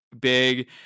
big